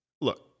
look